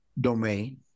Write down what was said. domain